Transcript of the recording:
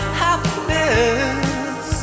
happiness